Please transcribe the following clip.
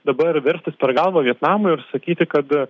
dabar verstis per galvą vietnamui ir sakyti kad